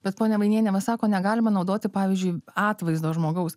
bet ponia vainienė va sako negalima naudoti pavyzdžiui atvaizdo žmogaus